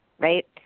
right